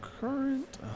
current